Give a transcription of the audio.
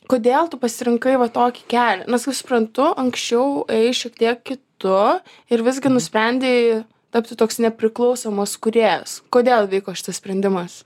kodėl tu pasirinkai va tokį kelią nes kaip suprantu anksčiau ėjai šiek tiek kitu ir visgi nusprendei tapti toks nepriklausomas kūrėjas kodėl įvyko šitas sprendimas